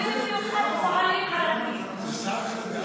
ובמיוחד פועלים ערבים, הוא שר חדש.